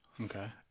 Okay